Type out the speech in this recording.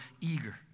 eager